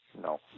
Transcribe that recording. No